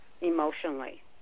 emotionally